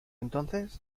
entonces